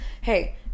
hey